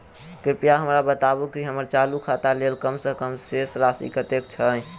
कृपया हमरा बताबू की हम्मर चालू खाता लेल कम सँ कम शेष राशि कतेक छै?